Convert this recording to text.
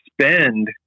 Spend